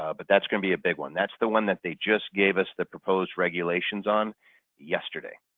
ah but that's going to be a big one. that's the one that they just gave us the proposed regulations on yesterday.